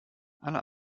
aller